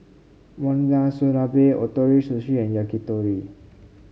Monsunabe Ootoro Sushi and Yakitori